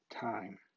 time